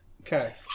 Okay